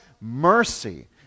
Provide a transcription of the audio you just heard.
mercy